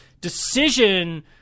decision